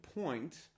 point